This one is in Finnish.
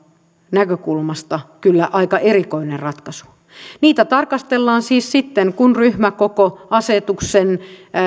näkökulmasta kyllä aika erikoinen ratkaisu niitä tarkastellaan siis sitten kun ryhmäkokoasetuksen